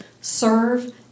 Serve